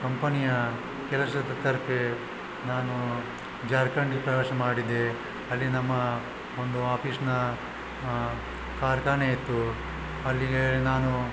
ಕಂಪನಿಯ ಕೆಲಸದಾಕೆ ನಾನು ಜಾರ್ಖಂಡ್ ಪ್ರವಾಸ ಮಾಡಿದೆ ಅಲ್ಲಿ ನಮ್ಮ ಒಂದು ಆಫೀಸ್ನ ಕಾರ್ಖಾನೆಯಿತ್ತು ಅಲ್ಲಿಗೆ ನಾನು